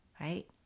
right